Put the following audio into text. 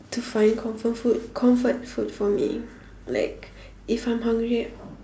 to find comfort food comfort food for me like if I'm hungry